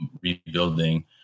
rebuilding